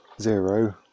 zero